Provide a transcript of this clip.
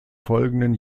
folgenden